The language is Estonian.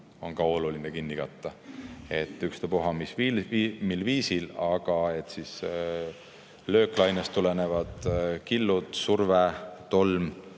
on ka oluline kinni katta. Ükspuha mil viisil, aga lööklainest tulenevad killud, surve, tolm